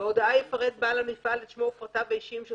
בהודעה יפרט בעל המפעל את שמו ופרטיו האישיים של